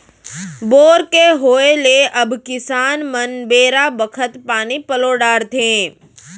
bore के होय ले अब किसान मन बेरा बखत पानी पलो डारथें